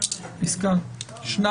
שניים.